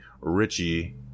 Richie